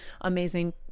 amazing